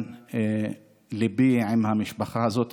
ליבי עם המשפחה הזאת,